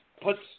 puts